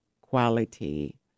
quality